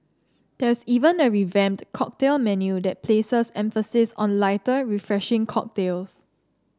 there's even a revamped cocktail menu that places emphasis on lighter refreshing cocktails